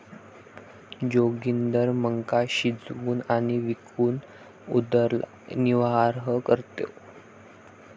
जोगिंदर मका शिजवून आणि विकून उदरनिर्वाह करतो